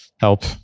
help